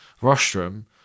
rostrum